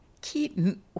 Keaton